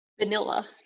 Vanilla